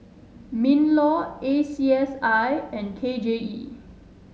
Minlaw A C S I and K J E